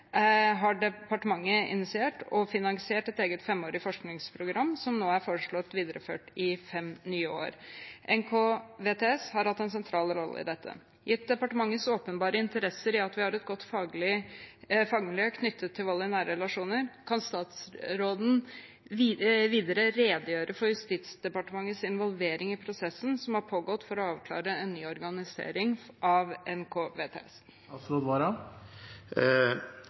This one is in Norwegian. har departementet initiert og finansiert et eget femårig forskningsprogram, som nå er foreslått videreført i fem nye år. NKVTS har hatt en sentral rolle i dette. Gitt departementets åpenbare interesser i at vi har et godt fagmiljø knyttet til vold i nære relasjoner, kan statsråden videre redegjøre for Justisdepartementets involvering i prosessen som har pågått for å avklare en ny organisering av NKVTS?